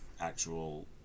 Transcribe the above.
actual